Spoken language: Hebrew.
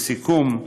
לסיכום,